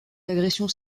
agressions